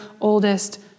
oldest